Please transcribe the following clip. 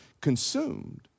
consumed